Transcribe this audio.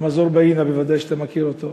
מזור בהיינה, שבוודאי אתה מכיר אותו,